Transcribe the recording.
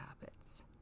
habits